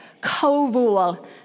co-rule